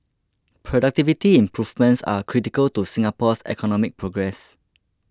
productivity improvements are critical to Singapore's economic progress